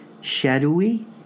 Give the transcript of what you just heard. shadowy